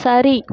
சரி